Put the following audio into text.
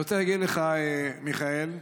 אני רוצה להגיד לך, מיכאל,